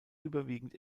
überwiegend